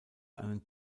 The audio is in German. einen